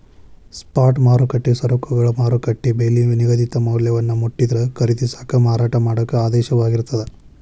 spot ಮಾರುಕಟ್ಟೆ ಸರಕುಗಳ ಮಾರುಕಟ್ಟೆ ಬೆಲಿ ನಿಗದಿತ ಮೌಲ್ಯವನ್ನ ಮುಟ್ಟಿದ್ರ ಖರೇದಿಸಾಕ ಮಾರಾಟ ಮಾಡಾಕ ಆದೇಶವಾಗಿರ್ತದ